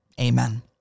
Amen